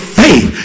faith